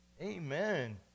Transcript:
Amen